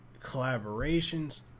collaborations